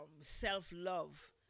self-love